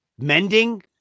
Mending